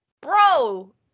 Bro